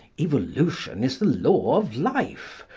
evolution is the law of life,